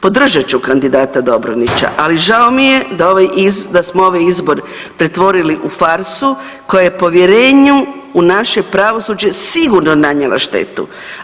Podržat ću kandidata Dobronića, ali žao mi je da smo ovaj izbor pretvorili u farsu koja je povjerenju u naše pravosuđe sigurno nanijela štetu.